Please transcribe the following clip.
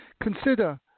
consider